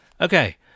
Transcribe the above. Okay